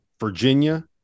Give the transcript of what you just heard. Virginia